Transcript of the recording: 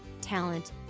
talent